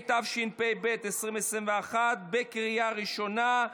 התשפ"ב 2021, קריאה ראשונה.